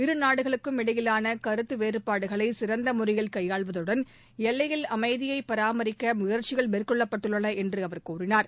இருநாடுகளுக்கும் இடையிலான கருத்து வேறுபாடுகளை சிறந்த முறையில் கையாளுவதுடன் எல்லையில் அமைதியை பராமரிக்க முயற்சிகளை மேற்கொண்டுள்ளன என்று அவர் கூறினார்